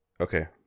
Okay